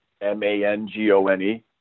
M-A-N-G-O-N-E